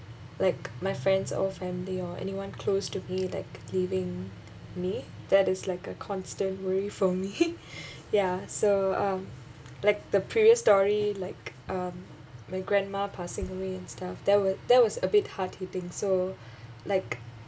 like my friends or family or anyone close to me like leaving me that is like a constant worry for me ya so um like the previous story like um my grandma passing away and stuff that wa~ that was a bit hard hitting so like